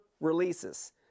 releases